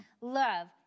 Love